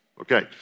Okay